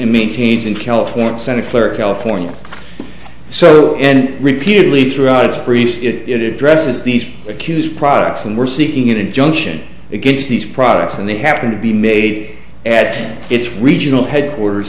meetings in california santa clara california so and repeatedly throughout its brief it it dresses these accuse products and we're seeking an injunction against these products and they have to be made at its regional headquarters